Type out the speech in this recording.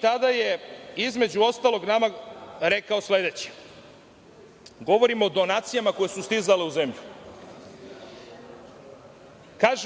tada je, između ostalog, nama rekao sledeće, govorim o donacijama koje su stizale u zemlju: